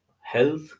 health